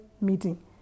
meeting